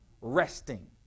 resting